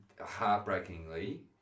heartbreakingly